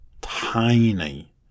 tiny